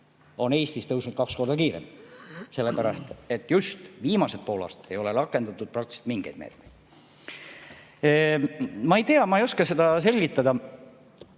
on Eestis tõusnud kaks korda kiiremini, sellepärast et just viimased pool aastat ei ole rakendatud praktiliselt mingeid meetmeid. Ma ei tea, ma ei oska seda selgitada.